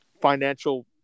financial